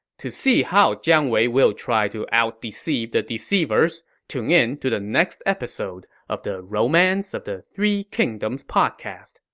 to see how jiang wei will try to out-deceive the deceiver, so tune in to the next episode of the romance of the three kingdoms podcast.